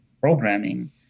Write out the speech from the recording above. programming